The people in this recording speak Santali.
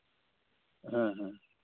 ᱦᱮᱸ ᱦᱮᱸ